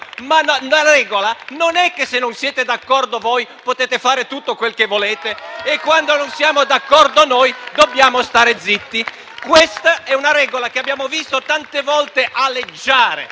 Ma la regola non è che, se non siete d'accordo voi, voi potete fare tutto quel che volete e, quando non siamo d'accordo noi, dobbiamo stare zitti. Questa è una regola che abbiamo visto tante volte aleggiare